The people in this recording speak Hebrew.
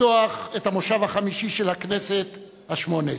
לפתוח את המושב החמישי של הכנסת השמונה-עשרה.